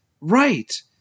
Right